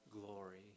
glory